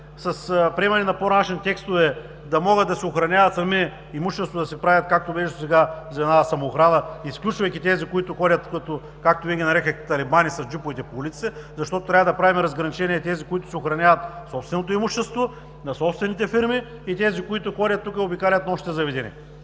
с приемане на по-ранни текстове да могат да си охраняват сами имущества, да си правят, както беше досега за една самоохрана, изключвайки тези, които ходят като, както Вие ги нарекохте „талибани“ с джиповете по улиците, защото трябва да правим разграничение на тези, които си охраняват собственото имущество, на собствените фирми, и тези, които ходят тук и обикалят нощните заведения.